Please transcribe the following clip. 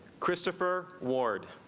christopher ward